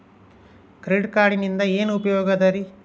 Credit ಕಾರ್ಡಿನಿಂದ ಏನು ಉಪಯೋಗದರಿ?